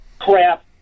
crap